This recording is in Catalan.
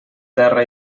terra